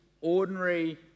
ordinary